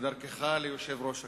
ודרכך ליושב-ראש הכנסת.